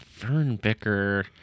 Fernbicker